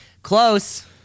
Close